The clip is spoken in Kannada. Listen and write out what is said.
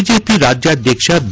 ಬಿಜೆಪಿ ರಾಜ್ಯಾಧ್ಯಕ್ಷ ಬಿ